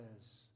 says